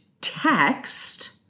text